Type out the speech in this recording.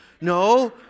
No